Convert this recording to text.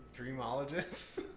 Dreamologists